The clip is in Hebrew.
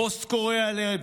פוסט קורע לב.